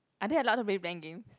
are they allowed to make blank games